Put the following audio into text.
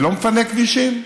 זה לא מפנה כבישים?